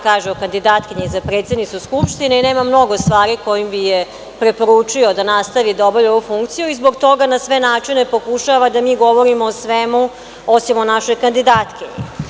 kaže o kandidatkinji za predsednicu Skupštine i nema mnogo stvari kojim bi je preporučio da nastavi da obavlja ovu funkciju i zbog toga na sve načine pokušava da mi govorimo o svemu osim o našoj kandidatkinji.